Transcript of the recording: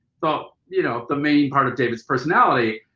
the, you know, the main part of david's personality.